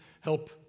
help